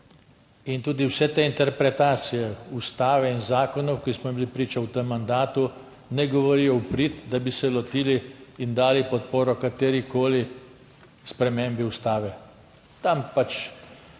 In tudi vse te interpretacije Ustave in zakonov, ki smo jim bili priča v tem mandatu ne govorijo v prid, da bi se lotili in dali podporo katerikoli spremembi Ustave. Tam pač